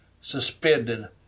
suspended